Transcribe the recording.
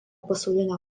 pasaulinio